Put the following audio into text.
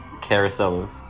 carousel